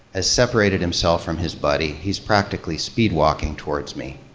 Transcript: has separated himself from his buddy. he's practically speed-walking towards me,